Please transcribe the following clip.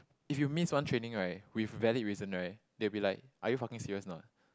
if you miss one training right with valid reason right they'll be like are you fucking serious or not